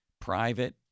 private